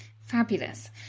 Fabulous